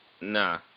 Nah